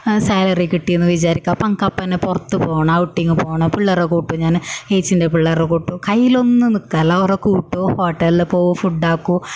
salary കിറ്റിയെന്ന് വിചാരിക്കുക അപ്പം എനിക്ക് അപ്പം തന്നെ പുറത്തു പോകനം ഔട്ടിങ് പോകണം പിള്ളേരെ കൂട്ടും ഞാൻ ഏച്ചിൻ്റെ പിള്ളേരെ കൂട്ടും കൈയ്യിലൊന്നും നിൽക്കില്ല ഓറെ കൂട്ടും ഹോട്ടൽ പോകും ഫുഡ് ആക്കും